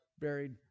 buried